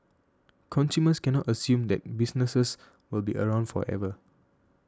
consumers cannot assume that businesses will be around forever